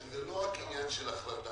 שזה לא רק עניין של החלטה.